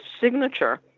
signature